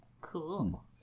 Cool